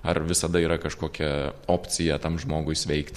ar visada yra kažkokia opcija tam žmogui sveikti